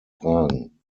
fragen